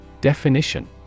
Definition